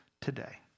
today